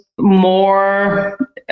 more